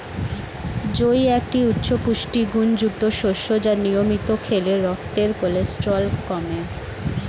জই একটি উচ্চ পুষ্টিগুণযুক্ত শস্য যা নিয়মিত খেলে রক্তের কোলেস্টেরল কমে